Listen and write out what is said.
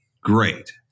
great